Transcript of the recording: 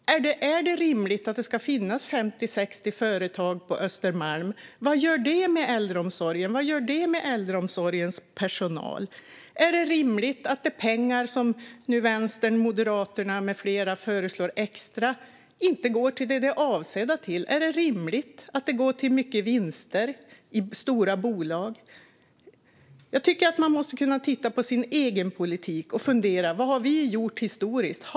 Är det rimligt att det ska finnas 50-60 företag som jobbar med detta på Östermalm? Vad gör det med äldreomsorgen och äldreomsorgens personal? Är det rimligt att de extra pengar som Vänstern och Moderaterna med flera nu föreslår inte går till det som de är avsedda för? Är det rimligt att de går till vinster i stora bolag? Jag tycker att man måste kunna titta på sin egen politik och fundera: Vad har vi gjort historiskt sett?